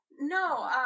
No